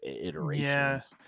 iterations